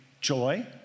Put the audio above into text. joy